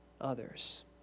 others